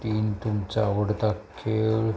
तीन तुमचा आवडता खेळ